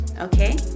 okay